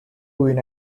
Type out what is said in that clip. win